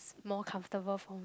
more comfortable for